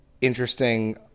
interesting